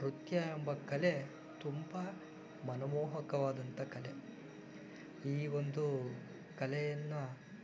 ನೃತ್ಯ ಎಂಬ ಕಲೆ ತುಂಬ ಮನಮೋಹಕವಾದಂಥ ಕಲೆ ಈ ಒಂದು ಕಲೆಯನ್ನು